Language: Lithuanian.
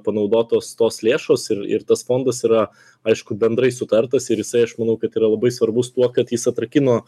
panaudotos tos lėšos ir ir tas fondas yra aišku bendrai sutartas ir jisai aš manau kad yra labai svarbus tuo kad jis atrakino